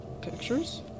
Pictures